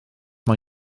mae